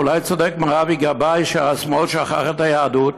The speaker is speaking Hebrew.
אולי צודק מר אבי גבאי שהשמאל שכח את היהדות?